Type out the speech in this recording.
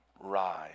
rise